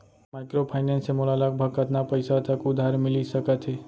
Microfinance से मोला लगभग कतना पइसा तक उधार मिलिस सकत हे?